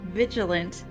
vigilant